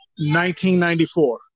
1994